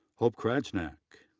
hope krajnak,